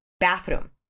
bathroom